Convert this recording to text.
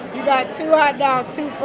you got two hot dogs, two